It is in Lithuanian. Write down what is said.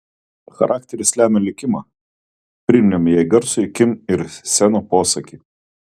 charakteris lemia likimą priminėm jai garsųjį kim ir seno posakį